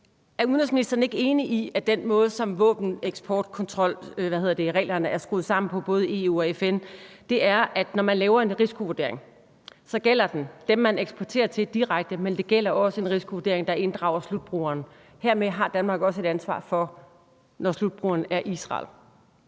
Er udenrigsministeren ikke enig i, at den måde, som våbeneksportkontrolreglerne er skruet sammen på, både i EU og FN, er, at når man laver en risikovurdering, gælder den dem, man eksporterer til direkte, men det gælder også i forhold til en risikovurdering, der inddrager slutbrugeren? Hermed har Danmark også et ansvar, når slutbrugeren er Israel.